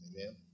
amen